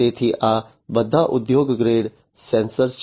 તેથી આ બધા ઉદ્યોગ ગ્રેડ સેન્સર છે